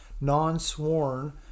non-sworn